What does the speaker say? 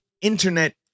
internet